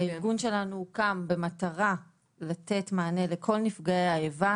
הארגון שלנו הוקם במטרה לתת מענה לכל נפגעי האיבה